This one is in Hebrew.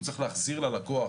הוא צריך להחזיר ללקוח